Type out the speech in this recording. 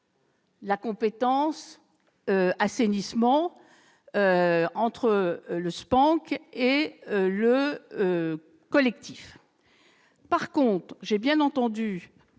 la compétence « assainissement » entre le SPANC et le collectif. En revanche, j'ai bien entendu,